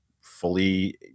fully –